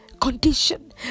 condition